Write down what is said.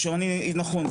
נכון,